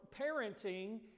parenting